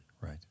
Right